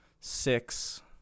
six